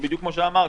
בדיוק כמו שאמרת,